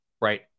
right